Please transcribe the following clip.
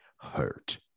hurt